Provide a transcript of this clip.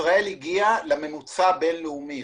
ישראל הגיעה לממוצע הבין לאומי,